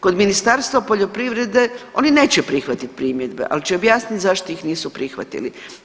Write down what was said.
Kod Ministarstva poljoprivrede oni neće prihvatit primjedbe, al će objasnit zašto ih nisu prihvatili.